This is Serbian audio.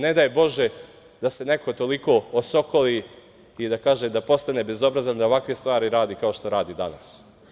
Ne daj Bože da se neko toliko osokoli i da kaže, da postane bezobrazan, da ovakve stvari radi kao što radi danas.